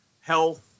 health